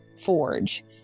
forge